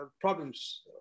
problems